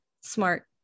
smart